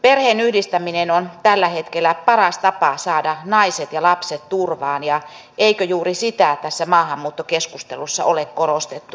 perheenyhdistäminen on tällä hetkellä paras tapa saada naiset ja lapset turvaan ja eikö juuri sitä tässä maahanmuuttokeskustelussa ole korostettu voimakkaasti